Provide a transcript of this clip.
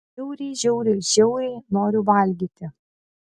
žiauriai žiauriai žiauriai noriu valgyti